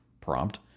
prompt